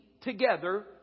together